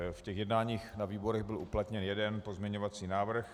V jednáních na výborech byl uplatněn jeden pozměňovací návrh.